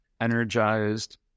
energized